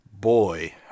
Boy